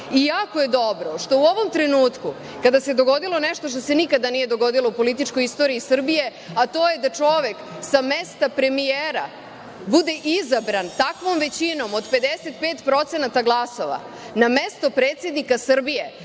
je dobro što u ovom trenutku kada se dogodilo nešto što se nikada nije dogodilo u političkoj istoriji Srbije, a to je da čovek sa mesta premijera bude izabran takvom većinom od 55% glasova na mesto predsednika Srbije,